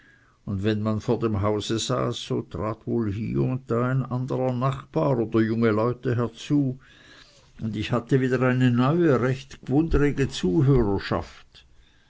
und wenn man vor dem hause saß so trat wohl hie und da ein anderer nachbar oder junge leute herzu und ich hatte wieder eine neue und recht gwundrige zuhörerschaft